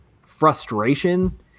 frustration